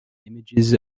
images